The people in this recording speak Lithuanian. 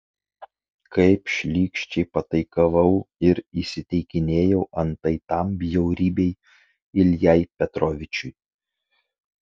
kaip šlykščiai pataikavau ir įsiteikinėjau antai tam bjaurybei iljai petrovičiui